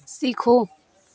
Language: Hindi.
सीखो